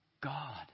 God